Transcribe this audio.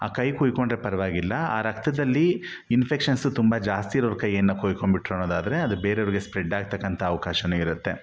ಆ ಕೈ ಕುಯ್ಕೊಂಡರೆ ಪರ್ವಾಗಿಲ್ಲ ಆ ರಕ್ತದಲ್ಲಿ ಇನ್ಫೆಕ್ಷನ್ಸು ತುಂಬ ಜಾಸ್ತಿ ಇರೋರ ಕೈಯ್ಯನ್ನು ಕುಯ್ಕೊಂಡ್ಬಿಟ್ಟರು ಅನ್ನೋದಾದರೆ ಅದು ಬೇರೆಯವ್ರಿಗೆ ಸ್ಪ್ರೆಡ್ಡಾಗ್ತಕ್ಕಂಥ ಅವ್ಕಾಶವೂ ಇರುತ್ತೆ